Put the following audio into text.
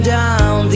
down